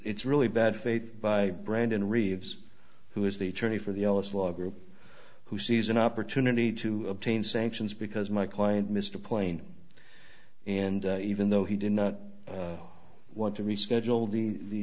's really bad faith by brandon reeves who is the attorney for the us law group who sees an opportunity to obtain sanctions because my client missed a plane and even though he did not want to reschedule the